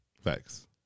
Facts